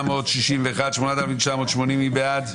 7,681 עד 7,700, מי בעד?